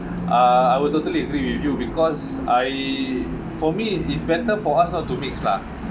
uh I will totally agree with you because I for me it's better for us not to mix lah